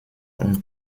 und